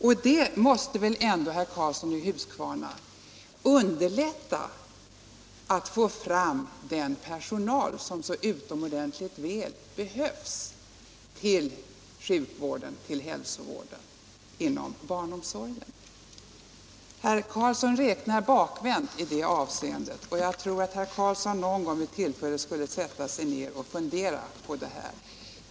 Och det måste väl ändå, herr Karlsson, underlätta försöken att få fram den personal som så utomordentligt väl behövs till sjukvården, till hälsovården och inom barnomsorgen? Herr Karlsson räknar bakvänt i det avseendet, och jag hoppas att herr Karlsson någon gång vid tillfälle sätter sig ned och funderar på detta.